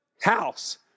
House